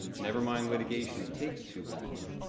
nevermind litigation, it takes too long,